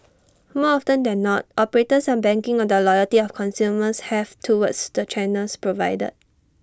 more often than not operators are banking on the loyalty of consumers have towards the channels provided